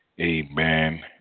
Amen